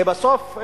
לבסוף,